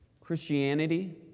Christianity